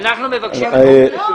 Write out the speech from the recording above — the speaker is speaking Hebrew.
רוצים.